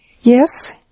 Yes